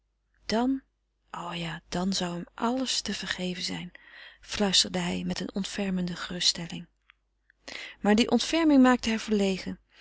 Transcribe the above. dan o ja dan zou hem alles te vergeven zijn fluisterde hij met eene ontfermende geruststelling maar die ontferming maakte haar verlegen